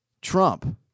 Trump